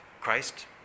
Christ